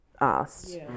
asked